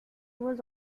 was